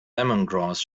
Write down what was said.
lemongrass